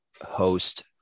host